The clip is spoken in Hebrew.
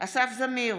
אסף זמיר,